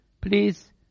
Please